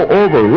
over